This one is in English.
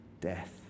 death